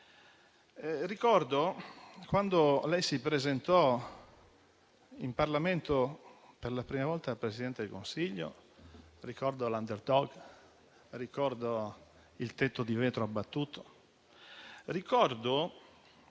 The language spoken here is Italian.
e, quando lei si presentò in Parlamento per la prima volta come Presidente del Consiglio, ricordo l'*underdog*, il soffitto di vetro abbattuto e come